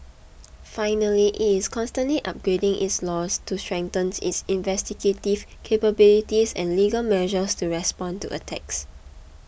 finally it is constantly upgrading its laws to strengthen its investigative capabilities and legal measures to respond to attacks